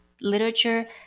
literature